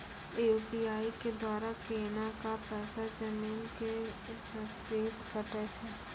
UPI के द्वारा केना कऽ पैसा जमीन के रसीद कटैय छै?